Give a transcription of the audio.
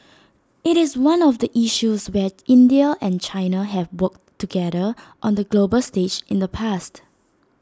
IT is one of the issues where India and China have worked together on the global stage in the past